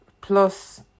Plus